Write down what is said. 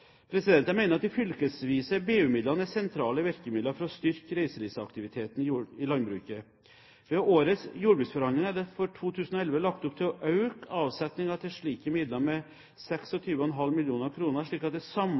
Jeg mener at de fylkesvise BU-midlene er sentrale virkemidler for å styrke reiselivsaktiviteten i landbruket. Ved årets jordbruksforhandlinger er det for 2011 lagt opp til å øke avsetningen til slike midler med 26,5 mill. kr, slik at det